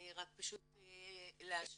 פשוט להשלמה,